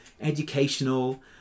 educational